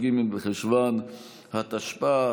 כ"ג בחשוון התשפ"א,